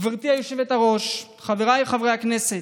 גברתי היושבת-ראש, חבריי חברי הכנסת,